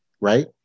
right